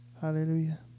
Hallelujah